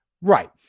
Right